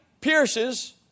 pierces